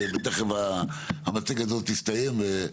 תיכף המצגת הזאת תסתיים,